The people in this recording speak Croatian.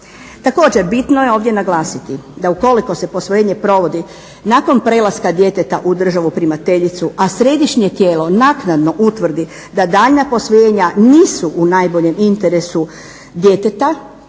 Također, bitno je ovdje naglasiti da ukoliko se posvojenje provodi nakon prelaska djeteta u državu primateljicu a središnje tijelo naknadno utvrdi da daljnja posvojenja nisu u najboljem interesu djeteta